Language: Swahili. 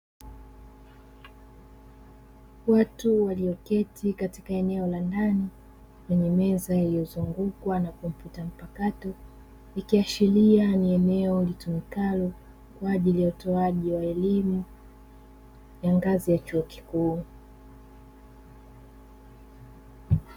Watu walioketi katika eneo la ndani lenye meza iliyozungukwa na kompyuta mpakato. Ikiashiria ni eneo litokalo kwa ajili ya utoaji wa elimu ya ngazi ya chuo kikuu.